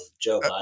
Joe